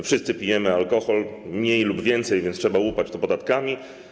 Wszyscy pijemy alkohol, mniej lub więcej, więc trzeba łupać to podatkami.